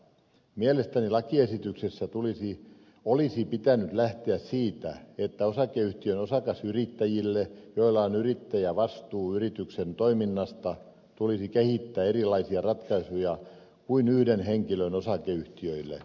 mielestäni lakiesityksessä olisi pitänyt lähteä siitä että osakeyhtiön osakasyrittäjille joilla on yrittäjävastuu yrityksen toiminnasta tulisi kehittää erilaisia ratkaisuja kuin yhden henkilön osakeyhtiöille